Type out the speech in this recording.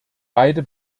beide